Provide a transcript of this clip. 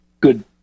good